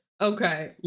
Okay